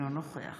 אינו נוכח